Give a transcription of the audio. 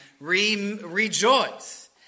rejoice